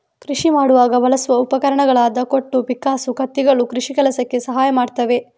ಕೃಷಿ ಮಾಡುವಾಗ ಬಳಸುವ ಉಪಕರಣಗಳಾದ ಕೊಟ್ಟು, ಪಿಕ್ಕಾಸು, ಕತ್ತಿಗಳು ಕೃಷಿ ಕೆಲಸಕ್ಕೆ ಸಹಾಯ ಮಾಡ್ತವೆ